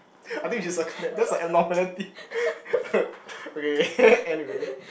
I think you just like that that's a abnormality okay anyway